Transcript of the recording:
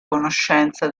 conoscenza